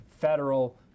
federal